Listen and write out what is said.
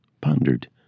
pondered